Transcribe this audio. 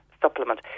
supplement